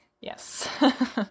Yes